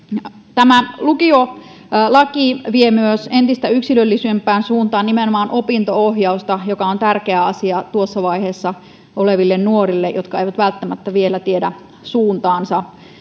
tämä lukiolaki vie myös entistä yksilöllisempään suuntaan nimenomaan opinto ohjausta joka on tärkeä asia tuossa vaiheessa oleville nuorille jotka eivät välttämättä vielä tiedä suuntaansa